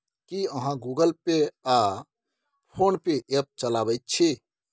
की अहाँ गुगल पे आ फोन पे ऐप चलाबैत छी?